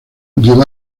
llegó